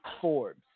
Forbes